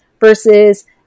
versus